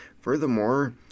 Furthermore